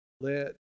let